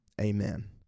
Amen